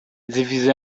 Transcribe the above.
divisée